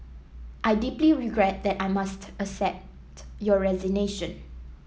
I deeply regret that I must accept your resignation